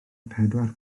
pedwar